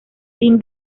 sin